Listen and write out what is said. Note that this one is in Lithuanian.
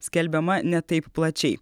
skelbiama ne taip plačiai